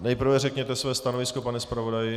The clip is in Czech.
Nejprve řekněte své stanovisko, pane zpravodaji.